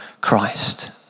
Christ